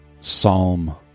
Psalm